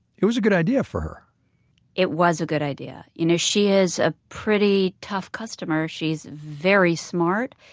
it was a good idea for her it was a good idea. you know she is a pretty tough customer. she's very smart.